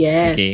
Yes